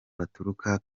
baturuka